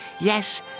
yes